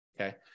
okay